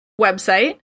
website